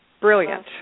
brilliant